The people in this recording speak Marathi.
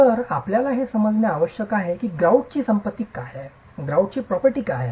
तर आपल्याला हे समजणे आवश्यक आहे की ग्रॉउटची संपत्ती काय आहे